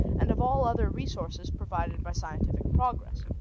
and of all other resources provided by scientific progress.